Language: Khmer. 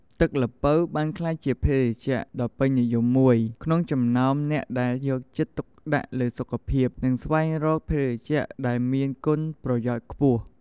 ទឹកល្ពៅបានក្លាយជាភេសជ្ជៈដ៏ពេញនិយមមួយ ក្នុងចំណោមអ្នកដែលយកចិត្តទុកដាក់លើសុខភាព និងស្វែងរកភេសជ្ជៈដែលមានគុណប្រយោជន៍ខ្ពស់។